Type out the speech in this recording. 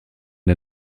der